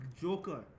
Joker